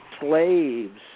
slaves